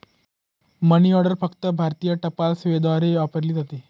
मनी order फक्त भारतीय टपाल सेवेद्वारे वापरली जाते